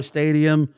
Stadium